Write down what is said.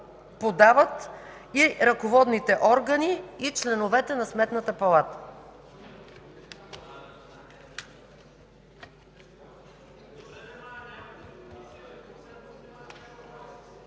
подават и ръководните органи, и членовете на Сметната палата”.